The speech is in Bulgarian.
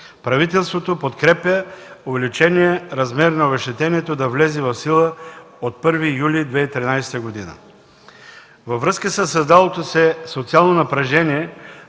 правителството подкрепя увеличения размер на обезщетението да влезе в сила от 1 юли 2013 г. Във връзка със създалото се социално напрежение